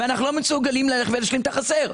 אנחנו לא מסוגלים ללכת ולהשלים את החסר.